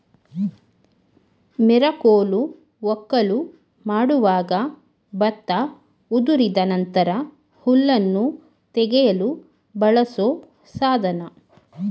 ಮೆರಕೋಲು ವಕ್ಕಲು ಮಾಡುವಾಗ ಭತ್ತ ಉದುರಿದ ನಂತರ ಹುಲ್ಲನ್ನು ತೆಗೆಯಲು ಬಳಸೋ ಸಾಧನ